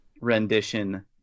rendition